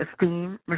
esteem